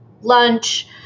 lunch